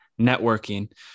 networking